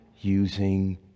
using